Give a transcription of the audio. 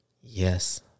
Yes